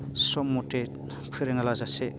सम मथे फोरोङा जासे